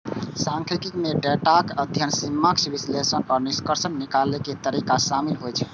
सांख्यिकी मे डेटाक अध्ययन, समीक्षा, विश्लेषण आ निष्कर्ष निकालै के तरीका शामिल होइ छै